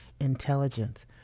intelligence